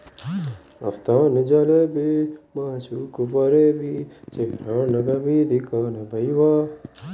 ಅಡಿಕೆಗಳಲ್ಲಿ ಕಂಡುಬರುವ ಕೊಳೆ ರೋಗದ ಲಕ್ಷಣವೇನು?